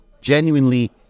genuinely